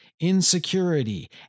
insecurity